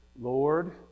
Lord